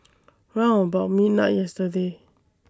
round about midnight yesterday